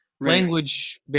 language